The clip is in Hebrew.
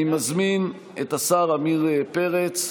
אני מזמין את השר עמיר פרץ,